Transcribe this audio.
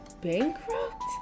bankrupt